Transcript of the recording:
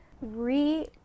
re-